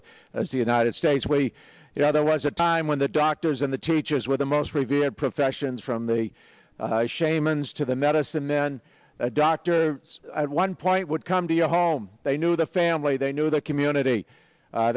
us as the united states way you know there was a time when the doctors and the teachers were the most revered professions from the shamans to the medicine man a doctor at one point would come to your home they knew the family they knew the community